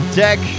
deck